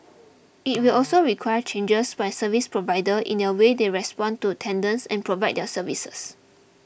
it will also require changes by service providers in their way they respond to tenders and provide their services